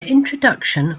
introduction